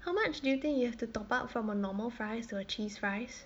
how much do you think you have to top up from a normal fries to a cheese fries